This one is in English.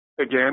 again